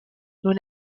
nous